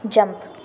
jump